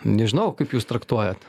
nežinau kaip jūs traktuojat